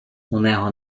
унего